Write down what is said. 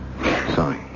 Sorry